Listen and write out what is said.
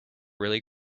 really